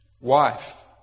Wife